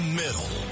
middle